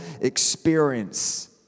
experience